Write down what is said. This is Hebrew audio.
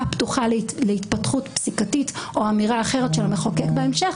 פתוחה להתפתחות פסיקתית או אמירה אחרת של המחוקק בהמשך